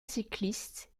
cycliste